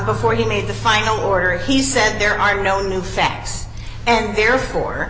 before he made the final order he said there are no new facts and therefore